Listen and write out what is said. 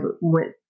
went